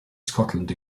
scotland